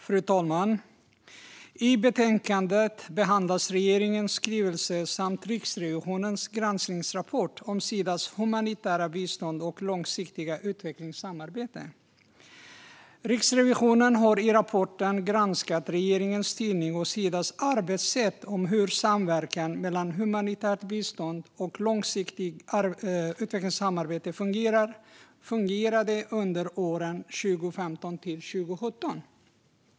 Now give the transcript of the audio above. Fru talman! I betänkandet behandlas regeringens skrivelse och Riksrevisionens granskningsrapport om Sidas humanitära bistånd och långsiktiga utvecklingssamarbete. Riksrevisionen har i rapporten granskat regeringens styrning och Sidas arbetssätt vad gäller samverkan mellan humanitärt bistånd och långsiktigt utvecklingssamarbete fungerade under åren 2015-2017.